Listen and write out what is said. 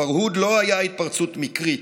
הפרהוד לא היה התפרצות מקרית.